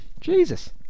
Jesus